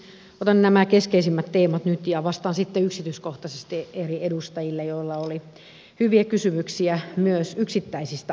otan nämä keskeisimmät teemat nyt ja vastaan sitten yksityiskohtaisesti eri edustajille joilla oli hyviä kysymyksiä myös yksittäisistä asioista